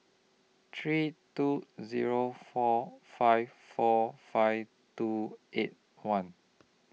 three two Zero four five four five two eight one